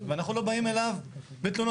ואנחנו לא באים אליו בתלונות.